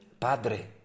Padre